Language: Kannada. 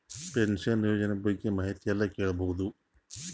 ಪಿನಶನ ಯೋಜನ ಬಗ್ಗೆ ಮಾಹಿತಿ ಎಲ್ಲ ಕೇಳಬಹುದು?